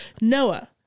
noah